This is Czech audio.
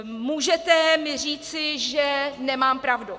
Můžete mi říci, že nemám pravdu.